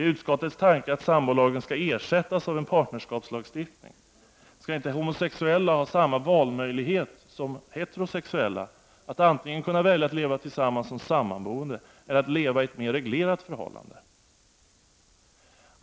Är utskottets tanke att sambolagen skall ersättas av en partnerskapslagstiftning? Skall inte homosexuella ha samma valmöjlighet som heterosexuella; att antingen kunna välja att leva tillsammans som sammanboende eller att leva i ett mer reglerat förhållande?